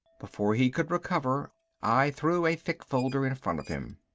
before he could recover i threw a thick folder in front of him.